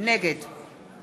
נגד